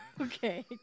okay